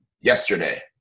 yesterday